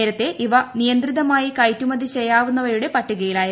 നേരത്തെ ഇവ നിയന്ത്രിതമായി കയറ്റുമതി ചെയ്യാവുന്നവയുടെ പട്ടികയിലായിരുന്നു